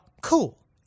cool